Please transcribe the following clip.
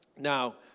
Now